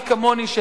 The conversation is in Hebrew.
מי כמוני,